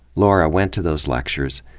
lora went to those lectures,